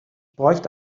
bräuchte